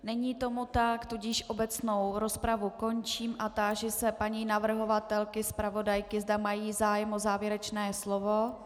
Není tomu tak, tudíž obecnou rozpravu končím a táži se paní navrhovatelky, zpravodajky, zda mají zájem o závěrečné slovo.